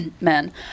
men